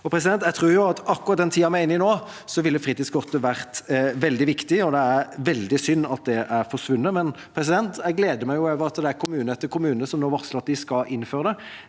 Jeg tror at akkurat i den tiden vi er inne i nå, ville fritidskortet vært veldig viktig, og det er veldig synd at det er forsvunnet. Men jeg gleder meg over at kommune etter kommune nå varsler at de skal innføre det